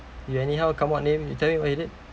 you anyhow come out name you tell me what he did